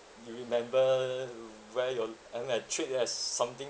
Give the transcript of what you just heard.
you remember where your then I treat it as something